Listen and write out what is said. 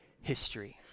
history